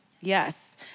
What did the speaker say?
Yes